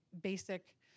basic